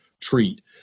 treat